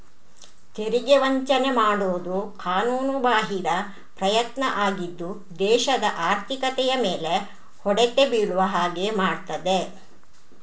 ತೆರಿಗೆ ವಂಚನೆ ಮಾಡುದು ಕಾನೂನುಬಾಹಿರ ಪ್ರಯತ್ನ ಆಗಿದ್ದು ದೇಶದ ಆರ್ಥಿಕತೆಯ ಮೇಲೆ ಹೊಡೆತ ಬೀಳುವ ಹಾಗೆ ಮಾಡ್ತದೆ